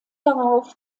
darauf